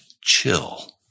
chill